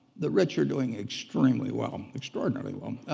the rich are doing extremely well, extraordinarily well,